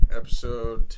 episode